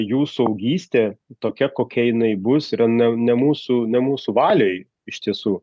jų suaugystė tokia kokia jinai bus yra ne ne mūsų ne mūsų valioj iš tiesų